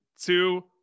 two